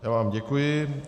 Já vám děkuji.